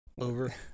Over